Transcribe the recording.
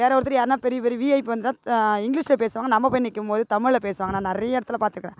வேறு ஒருத்தர் யாருனா பெரிய பெரிய விஐபி வந்துவிட்டா இங்கிலீஷில் பேசுவாங்க நம்ம போய் நிற்கும் போது தமிழில் பேசுவாங்க நான் நிறைய இடத்துல பார்த்துக்குறேன்